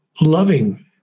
loving